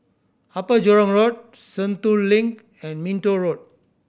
Upper Jurong Road Sentul Link and Minto Road